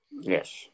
Yes